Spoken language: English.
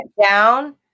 down